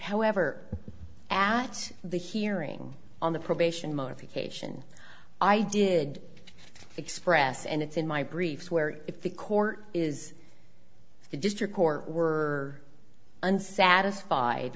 however at the hearing on the probation modification i did express and it's in my briefs where if the court is the district court were unsatisfied